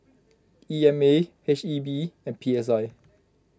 E M A H E B and P S I